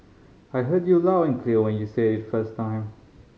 I heard you loud and clear when you said it first time